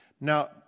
Now